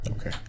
okay